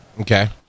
Okay